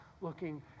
looking